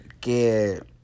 que